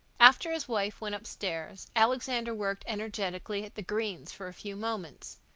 after his wife went upstairs alexander worked energetically at the greens for a few moments.